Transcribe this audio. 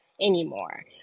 anymore